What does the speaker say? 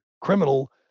criminal